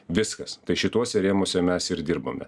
viskas tai šituose rėmuose mes ir dirbame